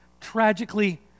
tragically